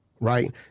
Right